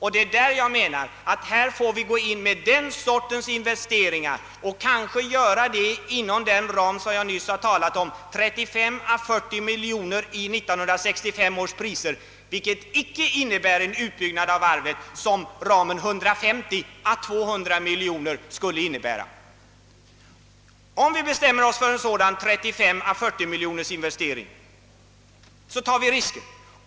Här får vi alltså gå in med den sortens investeringar — kanske inom den ram som jag nyss har talat om, 35 å 40 miljoner kronor i 1965 års priser — vilka icke betyder en utbyggnad av varvet, som ramen 150 å 200 miljoner kronor skulle innebära. Om vi bestämmer oss för en sådan 35—40 miljonersinvestering tar vi risker.